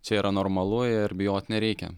čia yra normalu ir bijot nereikia